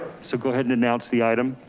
so go ahead and announce the item.